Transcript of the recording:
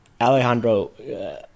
Alejandro